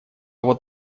вот